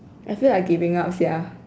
I feel like giving up sia